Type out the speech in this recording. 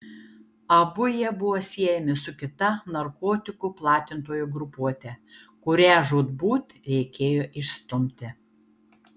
abu jie buvo siejami su kita narkotikų platintojų grupuote kurią žūtbūt reikėjo išstumti